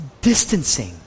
distancing